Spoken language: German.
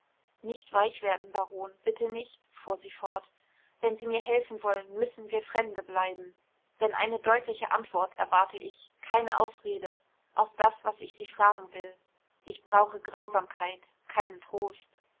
nicht weich werden baron bitte nicht fuhr sie fort wenn sie mir helfen wollen müssen wir fremde bleiben denn eine deutliche antwort erwarte ich keine ausrede auf das was ich sie fragen will ich brauche grausamkeit keinen trost